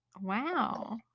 Wow